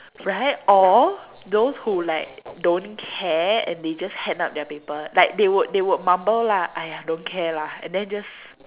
right or those who like don't care and they just hand up their paper like they would they would mumble lah !aiya! don't care lah and then just